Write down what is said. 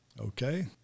Okay